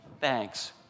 thanks